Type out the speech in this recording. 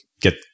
get